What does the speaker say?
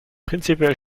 prinzipiell